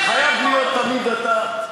זה חייב להיות תמיד אתה?